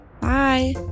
Bye